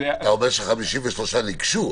אתה אומר ש-56 ניגשו.